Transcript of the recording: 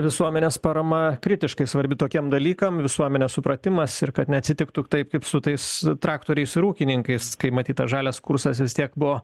visuomenės parama kritiškai svarbi tokiem dalykam visuomenės supratimas ir kad neatsitiktų taip kaip su tais traktoriais ir ūkininkais kai matyt tas žalias kursas vis tiek buvo